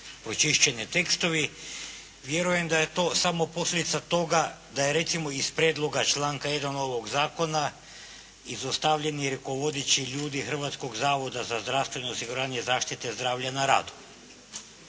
pročišćeni tekstovi, vjerujem da je to samo posljedica toga da je recimo iz prijedloga članka 1. ovog zakona izostavljeni rukovodeći ljudi Hrvatskog zavoda za zdravstveno osiguranje, zaštite zdravlja na radu.